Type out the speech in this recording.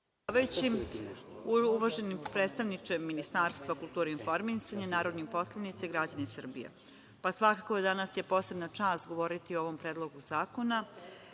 predsedavajući. Uvaženi predstavniče Ministarstva kulture i informisanja, narodni poslanici, građani Srbije, svakako da je danas posebna čast govoriti o ovom Predlogu zakona